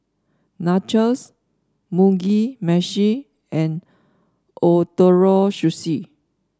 Nachos Mugi Meshi and Ootoro Sushi